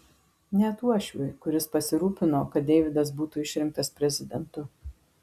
net uošviui kuris pasirūpino kad deividas būtų išrinktas prezidentu